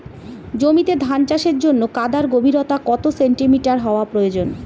জমিতে ধান চাষের জন্য কাদার গভীরতা কত সেন্টিমিটার হওয়া প্রয়োজন?